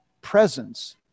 presence